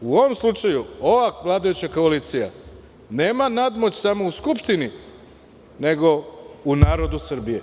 U ovom slučaju ova vladajuća koalicija nema nadmoć samo u Skupštini nego u narodu Srbije.